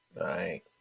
right